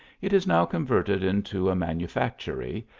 it is now converted into a manufactory,